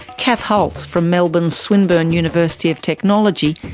kath hulse from melbourne's swinburne university of technology,